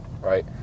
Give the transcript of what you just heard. right